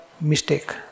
mistake